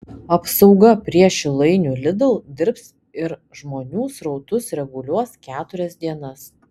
apsauga prie šilainių lidl dirbs ir žmonių srautus reguliuos keturias dienas